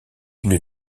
une